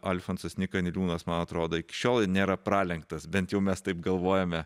alfonsas nyka niliūnas man atrodo iki šiol nėra pralenktas bent jau mes taip galvojame